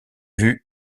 vue